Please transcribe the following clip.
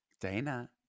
Dana